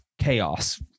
chaos